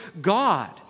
God